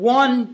one